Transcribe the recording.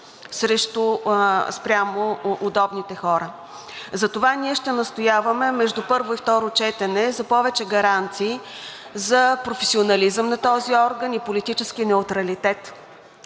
чадър спрямо удобните хора. Затова ние ще настояваме между и първо четене за повече гаранции за професионализъм на този орган и политически неутралитет.